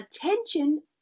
attention